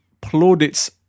plaudits